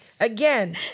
Again